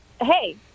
hey